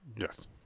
Yes